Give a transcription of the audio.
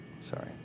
Sorry